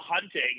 hunting